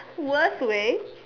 worst way